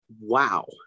wow